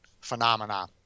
phenomena